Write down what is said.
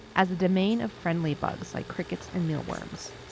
as the domain of friendly bugs like crickets and mealworms